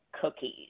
cookies